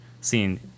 seeing